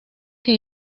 que